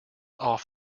off